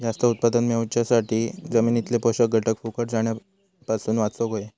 जास्त उत्पादन मेळवच्यासाठी जमिनीतले पोषक घटक फुकट जाण्यापासून वाचवक होये